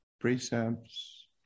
precepts